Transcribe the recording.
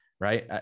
right